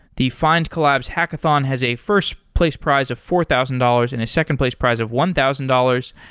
the findcollabs hackathon has a first place price of four thousand dollars and a second place price of one thousand dollars.